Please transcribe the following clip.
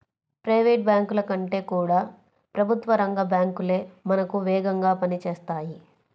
private బ్యాంకుల కంటే కూడా ప్రభుత్వ రంగ బ్యాంకు లే మనకు వేగంగా పని చేస్తాయి